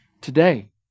today